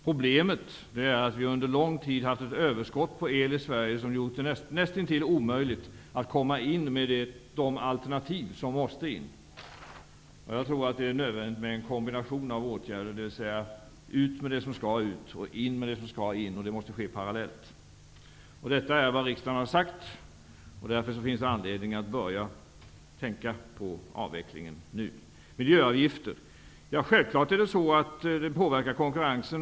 Problemet är att vi under lång tid har haft ett överskott på el i Sverige, vilket gjort det näst intill omöjligt att komma in med de alternativ som måste in. Jag tror att det är nödvändigt med en kombination av åtgärder, dvs. ut med det som skall ut och in med det som skall in, och det måste ske parallellt. Detta är vad riksdagen har sagt. Därför finns det anledning att börja tänka på avvecklingen nu. Självklart påverkar miljöavgifter konkurrensen.